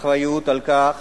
לקחת אחריות לכך